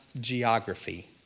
geography